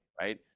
Right